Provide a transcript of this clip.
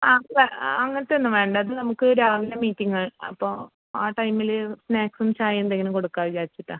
ആ അങ്ങനത്തെ ഒന്നും വേണ്ട ഇത് നമുക്ക് രാവിലെ മീറ്റിംഗ് ആ ടൈമിൽ സ്നാക്സും ചായ എന്തെങ്കിലും കൊടുക്കാമെന്ന് വിചാരിച്ചിട്ടാണ്